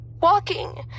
walking